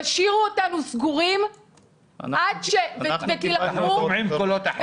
תשאירו אותנו סגורים עד ש אנחנו שומעים קולות אחרים.